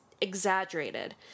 exaggerated